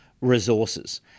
resources